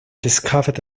discovered